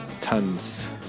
Tons